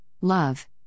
love